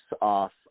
off